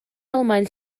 almaen